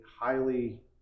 highly